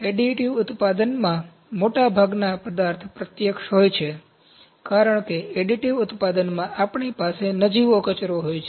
additive ઉત્પાદનમાં મોટાભાગના પદાર્થ પ્રત્યક્ષ હોય છે કારણ કે એડિટિવ ઉત્પાદનમાં આપણી પાસે નજીવો કચરો હોય છે